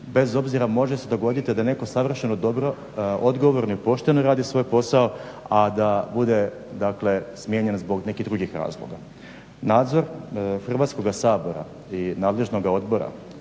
Bez obzira, može se dogoditi da netko savršeno dobro, odgovorno i pošteno radi svoj posao, a da bude, dakle smijenjen zbog nekih drugih razloga. Nadzor Hrvatskoga sabora i nadležnoga odbora